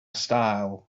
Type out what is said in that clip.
style